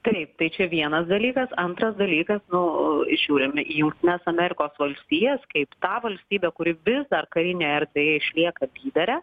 taip tai čia vienas dalykas antras dalykas nu žiūrim į jungtines amerikos valstijas kaip tą valstybę kuri vis dar karinėje erdvėje išlieka lydere